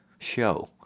show